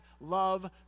love